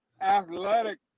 athletic